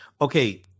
Okay